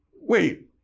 wait